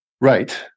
Right